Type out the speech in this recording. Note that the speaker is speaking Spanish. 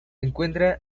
encuentra